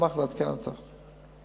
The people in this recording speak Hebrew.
ואשמח לעדכן אותך.